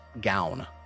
gown